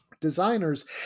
designers